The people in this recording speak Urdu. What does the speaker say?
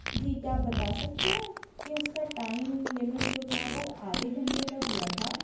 جی کیا آپ بتا سکتے ہیں کہ اُس کا ٹائم لیمٹ جو تھا وہ آدھے گھنٹے کا دیا تھا